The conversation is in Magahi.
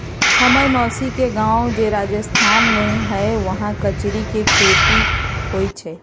हम्मर मउसी के गाव जे राजस्थान में हई उहाँ कचरी के खेती होई छई